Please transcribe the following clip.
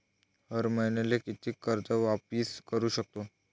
हर मईन्याले कितीक कर्ज वापिस करू सकतो?